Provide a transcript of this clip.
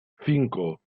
cinco